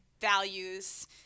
values